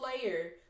player